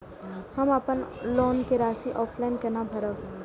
हम अपन लोन के राशि ऑफलाइन केना भरब?